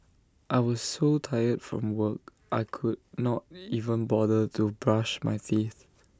I was so tired from work I could not even bother to brush my teeth